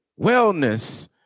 Wellness